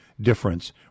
difference